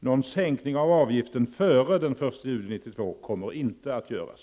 Någon sänkning av avgiften före den 1 juli 1992 kommer inte att göras.